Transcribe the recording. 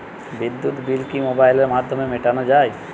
বিদ্যুৎ বিল কি মোবাইলের মাধ্যমে মেটানো য়ায়?